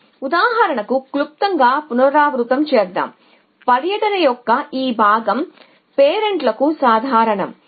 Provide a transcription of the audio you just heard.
కాబట్టి ఉదాహరణను క్లుప్తంగా పునరావృతం చేద్దాం పర్యటన యొక్క ఈ భాగం పేరెంట్లకు సాధారణం